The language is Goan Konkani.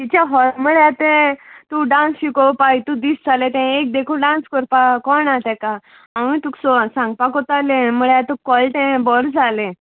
तिच्या हय म्हळ्यार तें तूं डांस शिकोवपा हितू दीस जालें तें एक देखू डांस करपा कोण ना तेका हांवूय तुका सो सांगपाक वतालें म्हळ्यार तुका कळ्ळें बर जालें